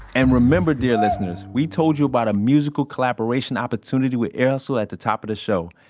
and remember, dear listeners, we told you about a musical collaboration opportunity with ear hustle at the top of the show.